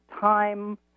time